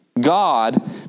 God